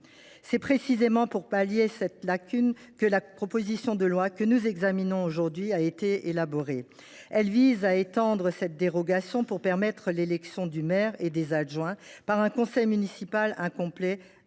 C’est précisément pour pallier cette lacune que la proposition de loi que nous examinons aujourd’hui a été élaborée. Elle vise à étendre cette dérogation pour permettre l’élection du maire et des adjoints par un conseil municipal incomplet,